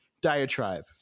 diatribe